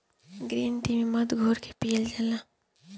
green tea में मध घोर के पियल जाला